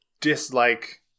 dislike